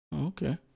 Okay